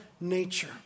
nature